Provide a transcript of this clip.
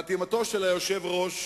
שחתימתו של היושב-ראש